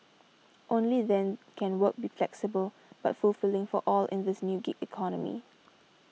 only then can work be flexible but fulfilling for all in this new gig economy